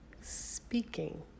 speaking